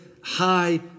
high